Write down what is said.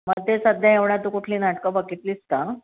मग ते सध्या येवढं तू कुठली नाटकं बघितलीस का